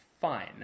fine